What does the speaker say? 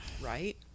Right